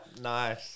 Nice